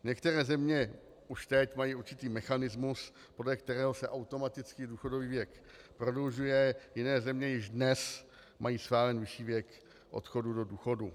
Některé země už teď mají určitý mechanismus, podle kterého se automaticky důchodový věk prodlužuje, jiné země již dnes mají stále nižší věk odchodu do důchodu.